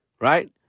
right